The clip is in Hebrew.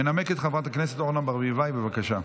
מנמקת חברת הכנסת אורנה ברביבאי, בבקשה.